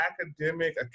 academic